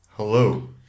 Hello